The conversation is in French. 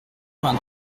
vingt